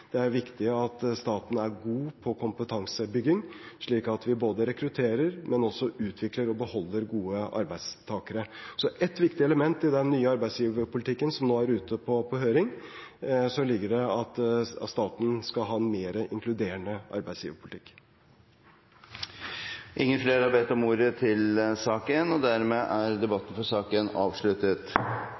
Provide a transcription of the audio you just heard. Det er viktig at staten er god på kompetansebygging, slik at vi både rekrutterer og også utvikler og beholder gode arbeidstakere. Så et viktig element i den nye arbeidsgiverpolitikken som nå er ute på høring, er at staten skal ha en mer inkluderende arbeidsgiverpolitikk. Replikkordskiftet er omme. Flere har ikke bedt om ordet til sak nr. 1. Etter ønske fra kommunal- og